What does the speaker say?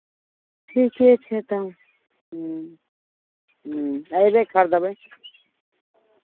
ठीके छै तब ह्म्म ह्म्म अयबै खरीदबै